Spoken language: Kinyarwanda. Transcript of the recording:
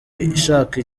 ishaka